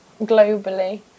globally